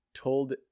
told